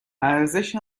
ارزش